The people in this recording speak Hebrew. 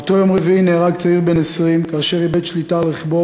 באותו יום רביעי נהרג צעיר בן 20 כאשר איבד שליטה על רכבו